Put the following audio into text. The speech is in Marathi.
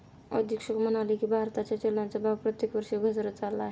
अधीक्षक म्हणाले की, भारताच्या चलनाचा भाव प्रत्येक वर्षी घसरत चालला आहे